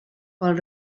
pel